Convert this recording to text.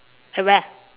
at where